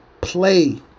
play